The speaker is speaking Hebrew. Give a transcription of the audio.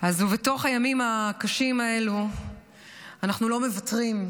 בתוך הימים הקשים האלו אנחנו לא מוותרים,